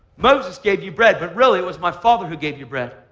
moses gave you bread, but really it was my father who gave you bread.